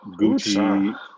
Gucci